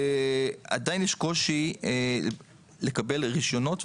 עדיין יש קושי לקבל רישיונות,